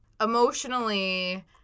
Emotionally